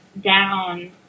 down